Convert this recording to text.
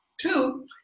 Two